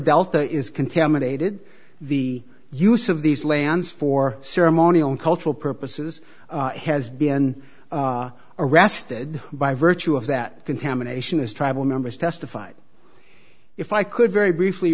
delta is contaminated the use of these lands for ceremony on cultural purposes has been arrested by virtue of that contamination as tribal members testified if i could very briefly